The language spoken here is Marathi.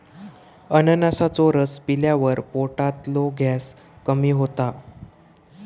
अननसाचो रस पिल्यावर पोटातलो गॅस कमी होता